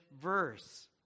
verse